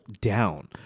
down